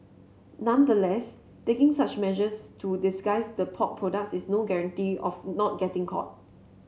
nonetheless taking such measures to disguise the pork products is no guarantee of not getting caught